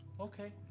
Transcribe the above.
Okay